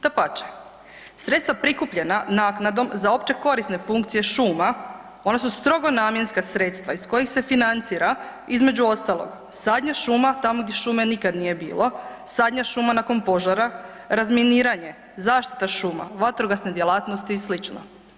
Dapače, sredstva prikupljena naknadom za opće korisne funkcije šuma, one su strogo namjenska sredstva iz kojih se financira između ostalog zadnja šuma tamo gdje šume nikad nije bilo, zadnja šuma nakon požara, razminiranje, zaštita šuma, vatrogasne djelatnosti i slično.